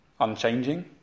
unchanging